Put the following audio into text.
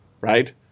right